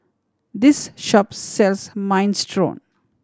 this shop sells Minestrone